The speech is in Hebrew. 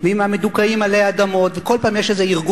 ועם "המדוכאים עלי אדמות",